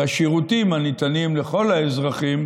בשירותים הניתנים לכל האזרחים